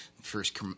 First